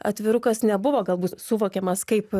atvirukas nebuvo galbūt suvokiamas kaip